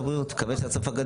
משרד הבריאות?